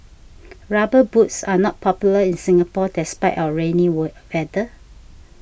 rubber boots are not popular in Singapore despite our rainy were weather